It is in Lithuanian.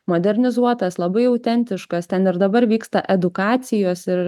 modernizuotas labai autentiškas ten ir dabar vyksta edukacijos ir